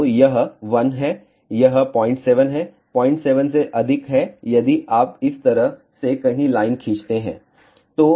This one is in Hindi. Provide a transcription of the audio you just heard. तो यह 1 है यह 07 है 07 से अधिक है यदि आप इस तरह से कहीं लाइन खींचते हैं